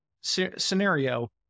scenario